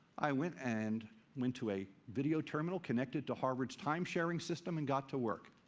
i went and went to a video terminal connected to harvard's time-sharing system and got to work.